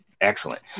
Excellent